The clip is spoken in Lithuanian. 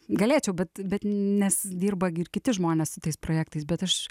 galėčiau bet nes dirba gi ir kiti žmonės su tais projektais bet aš